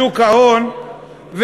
שוק ההון,